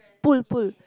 pull pull